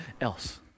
else